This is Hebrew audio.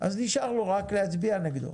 אז נשאר לו רק להצביע נגדו.